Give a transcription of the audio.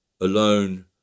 Alone